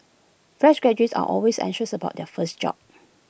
fresh graduates are always anxious about their first job